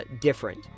different